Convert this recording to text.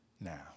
now